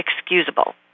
excusable